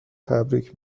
تبریک